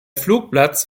flugplatz